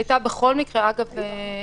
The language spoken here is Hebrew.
הייתה בכל מקרה התחשבות